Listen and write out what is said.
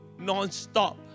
nonstop